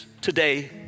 today